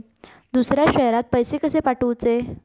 दुसऱ्या शहरात पैसे कसे पाठवूचे?